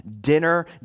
dinner